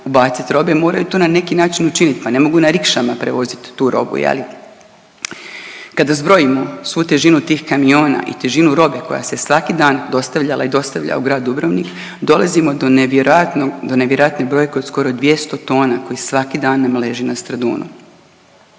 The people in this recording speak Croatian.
ubacit robe, moraju to na neki način učiniti. Pa ne mogu na rikšama prevozit tu robu je li. Kada zbrojimo svu težinu tih kamiona i težinu robe koja se svaki dan dostavljala i dostavlja u grad Dubrovnik, dolazimo do nevjerojatnog, do nevjerojatne brojke od skoro 200 tona koji svaki dan nam leži na Stradunu.